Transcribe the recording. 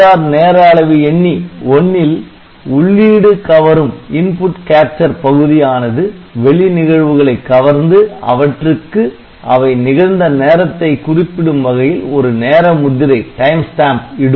AVR நேரஅளவி எண்ணி 1 ல் உள்ளீடு கவரும் பகுதியானது வெளி நிகழ்வுகளை கவர்ந்து அவற்றுக்கு அவை நிகழ்ந்த நேரத்தைக் குறிப்பிடும் வகையில் ஒரு நேர முத்திரை இடும்